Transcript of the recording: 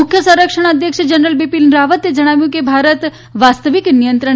મુખ્ય સંરક્ષણ અધ્યક્ષ જનરલ બીપીન રાવતે જણાવ્યું કે ભારત વાસ્તવિક નિયંત્રણ